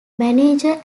manager